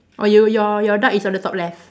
oh you your your duck is on the top left